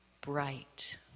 bright